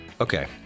Okay